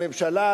לממשלה,